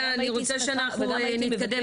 תודה, אני רוצה שאנחנו נתקדם.